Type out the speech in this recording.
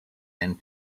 and